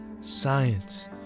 science